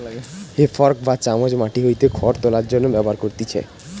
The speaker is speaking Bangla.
হে ফর্ক বা চামচ মাটি হইতে খড় তোলার জন্য ব্যবহার করতিছে